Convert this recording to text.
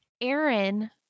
Aaron